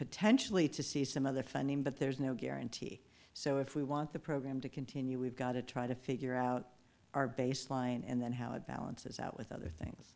potentially to see some other funding but there's no guarantee so if we want the program to continue we've got to try to figure out our baseline and then how valid says that with other things